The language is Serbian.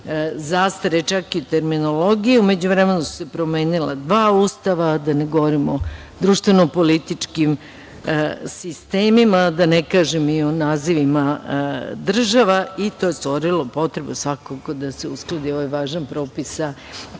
zastare, čak i terminologije. U međuvremenu su se promenila dva Ustava, da ne govorim o društveno političkim sistemima, da ne kažem i o nazivima država i to je stvorilo potrebu, svakako da se uskladi ovaj važna propis